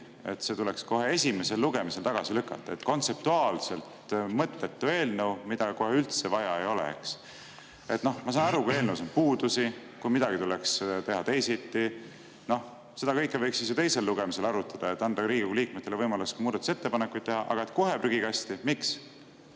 et tuleks kohe esimesel lugemisel tagasi lükata, et see on kontseptuaalselt mõttetu eelnõu, mida kohe üldse vaja ei ole. Ma saaks aru, kui eelnõus oleks puudusi, kui midagi tuleks teha teisiti. Seda kõike võiks siis teisel lugemisel arutada, et anda ka Riigikogu liikmetele võimalus muudatusettepanekuid teha. Aga et kohe prügikasti – miks?